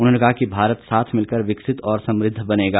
उन्होंने कहा कि भारत साथ मिलकर विकसित और समृद्ध बनेगा